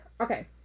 Okay